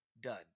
Done